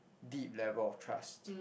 deep level of trust